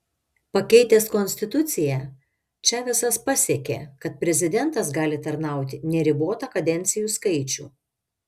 pakeitęs konstituciją čavesas pasiekė kad prezidentas gali tarnauti neribotą kadencijų skaičių